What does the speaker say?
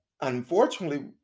unfortunately